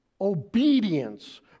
obedience